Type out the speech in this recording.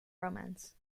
romance